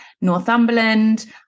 Northumberland